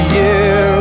year